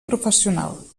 professional